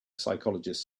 psychologist